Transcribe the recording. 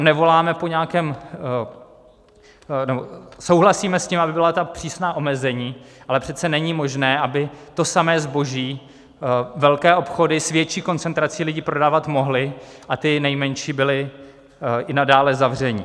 Nevoláme po nějakém... souhlasíme s tím, aby byla přísná omezení, ale přece není možné, aby to samé zboží velké obchody s větší koncentrací lidí prodávat mohly, a ty nejmenší byly i nadále zavřené.